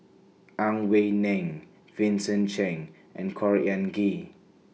Ang Wei Neng Vincent Cheng and Khor Ean Ghee